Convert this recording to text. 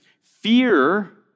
Fear